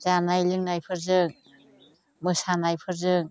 जानाय लोंनायफोरजों मोसानायफोरजों